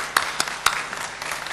(מחיאות כפיים)